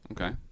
Okay